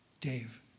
Dave